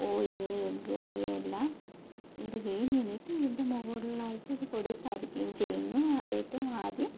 oil egg ഇവയെല്ലാം ഇടുകയും എന്നിട്ടിതിൻ്റെ മുകളിലായിട്ടൊരു കൊടി സ്ഥാപിക്കുക ചെയ്യുന്നു ഏറ്റവും ആദ്യം